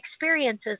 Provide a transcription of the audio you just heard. experiences